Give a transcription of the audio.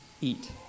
eat